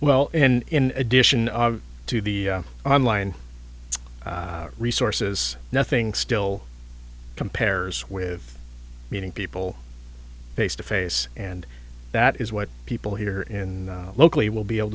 well in addition to the online resources nothing still compares with meeting people face to face and that is what people here in locally will be able